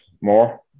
more